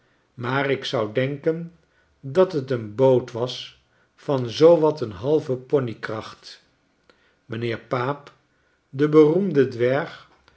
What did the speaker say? maar ik zou denken dat het een boot was van zoo wat een halve ponny kracht meneer paap de beroemde dwerg